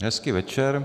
Hezký večer.